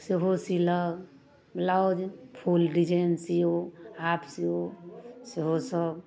सेहो सीलक blouse full design सीऊ हाफ सीऊ सेहोसभ